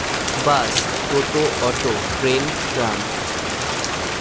bus toto auto train tram